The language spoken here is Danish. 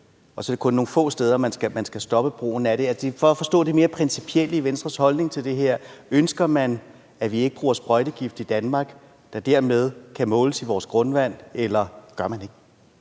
og at det kun er nogle få steder, hvor man skal stoppe brugen af det? Det er for at forstå det mere principielle i Venstres holdning til det her. Ønsker man, at vi ikke bruger sprøjtegift i Danmark, der dermed kan måles i vores grundvand, eller gør man ikke?